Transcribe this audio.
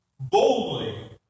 boldly